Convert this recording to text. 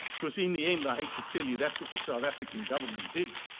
cause in the end, i hate to tell you, that's what the south african government did.